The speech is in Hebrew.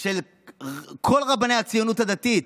של כל רבני הציונות הדתית.